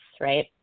right